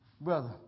brother